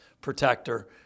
protector